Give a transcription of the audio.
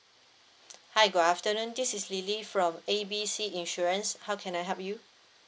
hi good afternoon this is lily from A B C insurance how can I help you